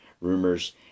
rumors